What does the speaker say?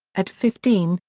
at fifteen,